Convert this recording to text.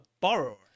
borrower